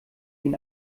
ihn